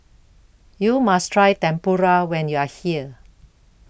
YOU must Try Tempura when YOU Are here